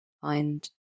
find